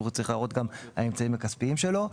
ולהראות גם את האמצעים הכספיים שלו.